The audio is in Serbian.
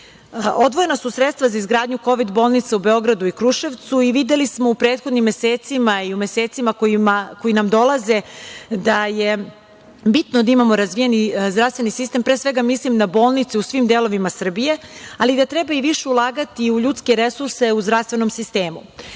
virusom. Odvojena su sredstva za izgradnju Kovid bolnica u Beogradu i Kruševcu i videli smo u prethodnim mesecima i u mesecima koji nam dolaze da je bitno da imamo razvijeni zdravstveni sistem, pre svega mislim na bolnice u svim delovima Srbije, ali da treba i više ulagati u ljudske resurse u zdravstvenom sistemu.